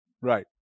Right